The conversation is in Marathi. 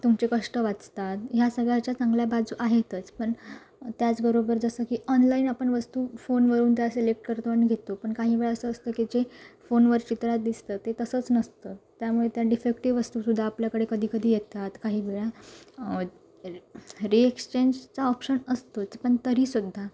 तुमचे कष्ट वाचतात ह्या सगळ्या ज्या चांगल्या बाजू आहेतच पण त्याचबरोबर जसं की ऑनलाईन आपण वस्तू फोनवरून त्या सिलेक्ट करतो आणि घेतो पण काही वेळा असं असतं की जे फोनवर चित्रात दिसतं ते तसंच नसतं त्यामुळे त्या डिफेक्टिव वस्तूसुद्धा आपल्याकडे कधी कधी येतात काही वेळा तर रिएक्स्चेंजचा ऑप्शन असतोच पण तरीसुद्धा